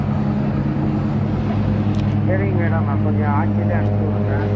ம் சரிங்க மேடம் கொஞ்சம் ஆச்சியில் அனுச்சிவுடுங்க